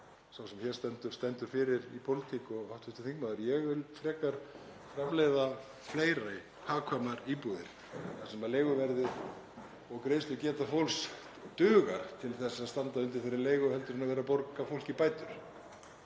stendur stendur fyrir í pólitík og hv. þingmaður, að ég vil frekar framleiða fleiri hagkvæmar íbúðir þar sem leiguverðið og greiðslugeta fólks dugar til að standa undir þeirri leigu heldur en að vera að borga fólki bætur.